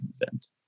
event